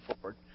forward